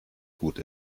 gut